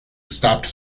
stopped